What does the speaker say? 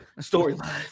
storyline